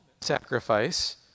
sacrifice